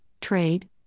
trade